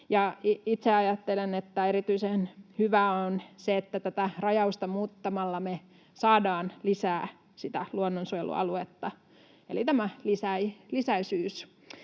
Itse ajattelen, että erityisen hyvää on se, että tätä rajausta muuttamalla me saadaan lisää sitä luonnonsuojelualuetta, eli tämä lisäisyys.